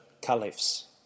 caliphs